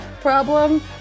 problem